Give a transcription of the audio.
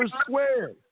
square